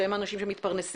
שהם האנשים שמתפרנסים.